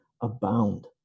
abound